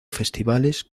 festivales